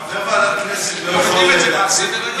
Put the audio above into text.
חבר ועדת הכנסת לא יכול להציג את זה?